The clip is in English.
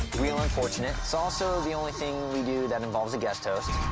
wheel unfortunate is also the only thing we do that involves a guest host.